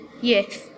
Yes